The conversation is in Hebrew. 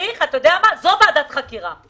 על זה צריך לעשות ועדת חקירה,